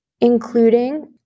including